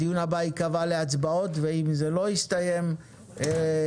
הדיון הבא ייקבע להצבעות ואם הדיון לא יסתיים נמשיך